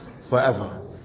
Forever